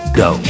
go